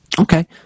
Okay